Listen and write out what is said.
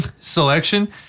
selection